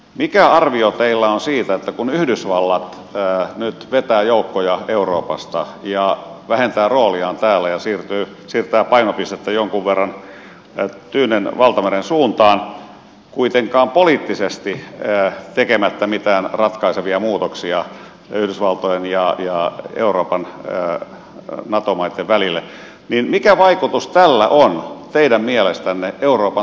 mikä arvio teillä on siitä että kun yhdysvallat nyt vetää joukkoja euroopasta ja vähentää rooliaan täällä ja siirtää painopistettä jonkun verran tyynen valtameren suuntaan kuitenkaan poliittisesti tekemättä mitään ratkaisevia muutoksia yhdysvaltojen ja euroopan nato maitten välille niin mikä vaikutus tällä on teidän mielestänne euroopan turvallisuuspolitiikkaan